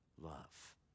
love